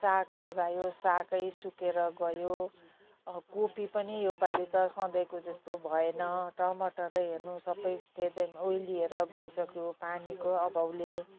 साग लगायो साग सुकेर गयो अब कोपी पनि यो पालि त सधैँको जस्तो भएन टमाटर हेर्नु सब फेदमा ओइलिएर गइसक्यो पानीको अभावले